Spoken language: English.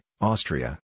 Austria